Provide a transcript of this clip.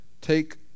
Take